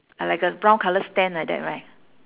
uh like a brown colour stand like that right